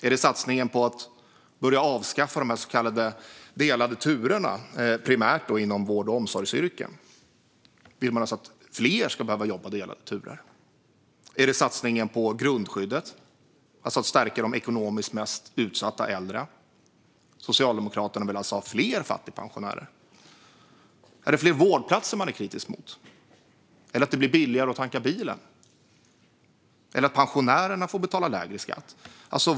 Är det satsningen på att börja avskaffa de så kallade delade turerna, primärt inom vård och omsorgsyrken? Vill man alltså att fler ska behöva jobba delade turer? Är det satsningen på grundskyddet - att stärka de ekonomiskt mest utsatta äldre? Vill Socialdemokraterna alltså ha fler fattigpensionärer? Är det fler vårdplatser man är kritisk emot eller att det blir billigare att tanka bilen eller att pensionärerna får betala lägre skatt?